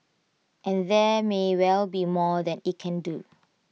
and there may well be more that IT can do